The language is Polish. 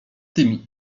tymi